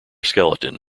skeleton